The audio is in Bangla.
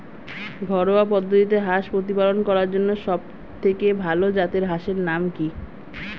ঘরোয়া পদ্ধতিতে হাঁস প্রতিপালন করার জন্য সবথেকে ভাল জাতের হাঁসের নাম কি?